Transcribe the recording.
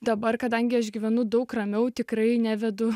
dabar kadangi aš gyvenu daug ramiau tikrai nevedu